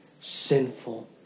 sinful